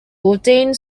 bodine